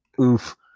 Oof